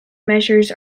measures